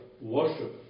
worship